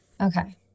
Okay